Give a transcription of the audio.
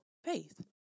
faith